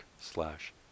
slash